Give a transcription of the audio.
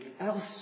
else